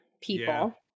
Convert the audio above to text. people